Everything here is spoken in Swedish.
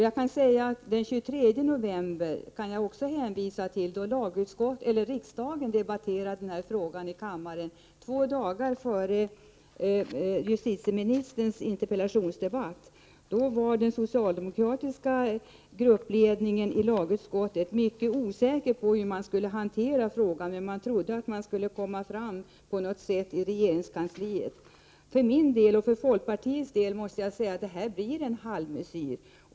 Jag kan också hänvisa till debatten den 23 november, då riksdagen debatterade denna fråga i kammaren, två dagar före justitieministerns interpellationsdebatt. Då var den socialdemokratiska gruppledningen i lagutskottet mycket osäker på hur man skulle hantera frågan. Man trodde dock att man skulle komma fram på något sätt i regeringskansliet. För folkpartiets del måste jag säga att detta blir en halvmesyr.